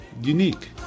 unique